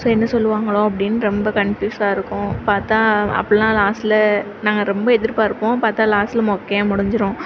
so என்ன சொல்வாங்களோ அப்படின்னு ரொம்ப கன்பியூசாயிருக்கும் பார்த்தா அப்புடில்லாம் லாஸ்ட்டில் நாங்கள் ரொம்ப எதிர் பார்ப்போம் பார்த்தா லாஸ்ட்டில் மொக்கையாக முடிஞ்சுடும்